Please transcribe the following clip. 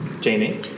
Jamie